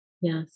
Yes